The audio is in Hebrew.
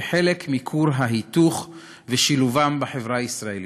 כחלק מכור ההיתוך ושילובם בחברה הישראלית.